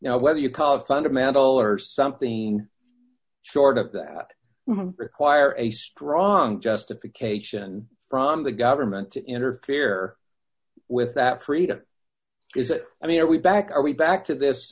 now whether you call it fundamental or something short of that require a strong justification from the government to interfere with that freedom is it i mean are we back are we back to this